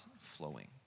flowing